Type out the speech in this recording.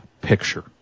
picture